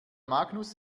magnus